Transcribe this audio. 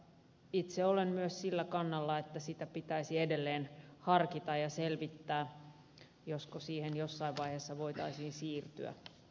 itse olen myös sillä kannalla että sitä pitäisi edelleen harkita ja selvittää josko siihen jossain vaiheessa voitaisiin siirtyä